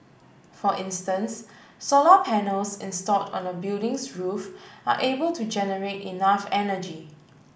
for instance solar panels installed on the building's roof are able to generate enough energy